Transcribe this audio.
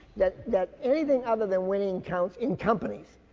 that, that anything other than winning counts in companies.